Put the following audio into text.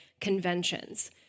conventions